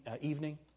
evening